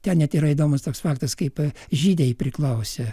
ten net yra įdomus toks faktas kaip žydai jai priklausė